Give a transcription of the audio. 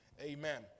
Amen